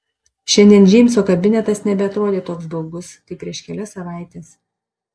šiandien džeimso kabinetas nebeatrodė toks baugus kaip prieš kelias savaites